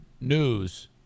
news